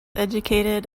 educated